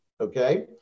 Okay